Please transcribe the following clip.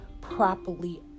properly